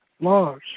laws